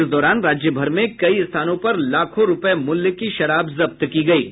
इस दौरान राज्य भर में कई स्थानों पर लाखों रूपये मूल्य की शराब जब्त की गयी है